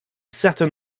certain